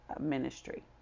ministry